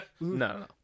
no